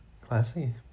Classy